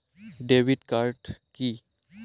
Debit card key?